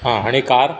हां आणि कार